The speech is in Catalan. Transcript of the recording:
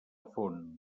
font